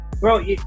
Bro